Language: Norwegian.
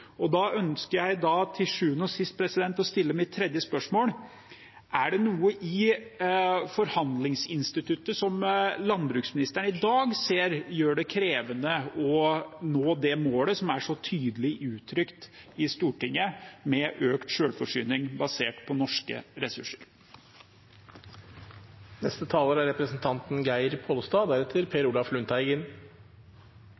ressurser. Da ønsker jeg til sjuende og sist å stille mitt tredje spørsmål: Er det noe i forhandlingsinstituttet som landbruksministeren i dag ser gjør det krevende å nå målet, som er så tydelig uttrykt i Stortinget, om økt selvforsyning basert på norske ressurser? Eg tenkte då eg såg denne interpellasjonsteksten, at eg skulle sjå om representanten Nævra var inne på noko. Han er